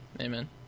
amen